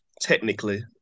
technically